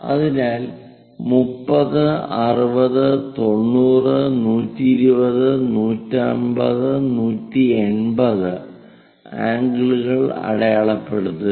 അതിനാൽ 30 60 90 120 150 180 ആംഗിളുകൾ അടയാളപ്പെടുത്തുക